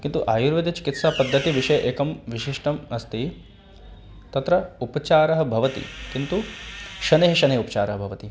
किन्तु आयुर्वेदचिकित्सापद्धतिः विषये एकं विशिष्टम् अस्ति तत्र उपचारः भवति किन्तु शनैः शनैः उपचारः भवति